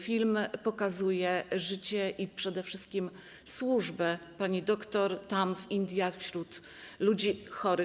Film pokazuje życie i przede wszystkim służbę pani doktor tam, w Indiach, wśród ludzi chorych.